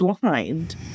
blind